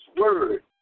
word